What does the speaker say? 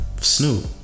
snoop